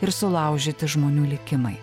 ir sulaužyti žmonių likimai